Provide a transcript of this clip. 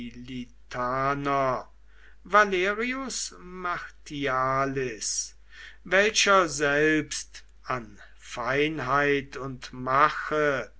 valerius martis welcher selbst an feinheit und mache